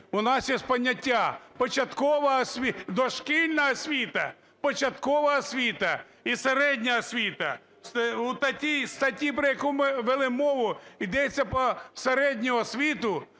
У нас є поняття: дошкільна освіта, початкова освіта і середня освіта. У тій статті, про яку ми вели мову, йдеться про середню освіту,